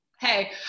Hey